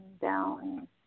down